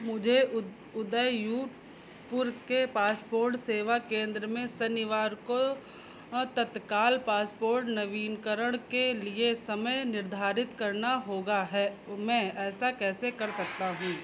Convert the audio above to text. मुझे उदयपुर के पासपोर्ट सेवा केंद्र में शनिवार को तत्काल पासपोर्ट नवीनकरण के लिए समय निर्धारित करना होगा है ओ मैं ऐसा कैसे कर सकता हूँ